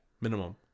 minimum